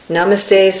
Namaste